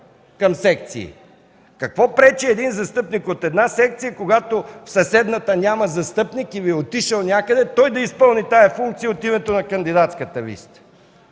към секциите. Какво пречи един застъпник от една секция, когато в съседната няма застъпник или е отишъл някъде, той да изпълни тази функция от името на кандидатската листа?